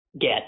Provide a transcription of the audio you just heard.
get